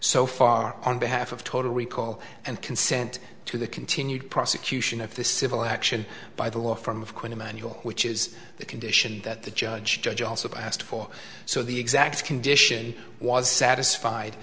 so far on behalf of total recall and consent to the continued prosecution of the civil action by the law firm of quinn emanuel which is the condition that the judge judge also passed for so the exact condition was satisfied